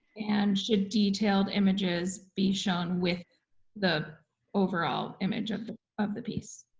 and should detailed images be shown with the overall image of of the piece?